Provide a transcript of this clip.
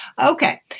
Okay